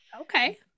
Okay